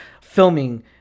filming